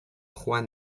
juan